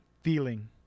feeling